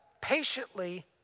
patiently